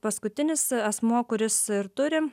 paskutinis asmuo kuris turi